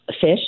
fish